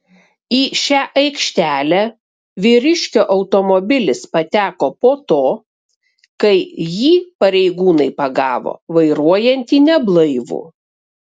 į šią aikštelę vyriškio automobilis pateko po to kai jį pareigūnai pagavo vairuojantį neblaivų